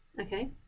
okay